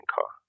car